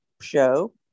show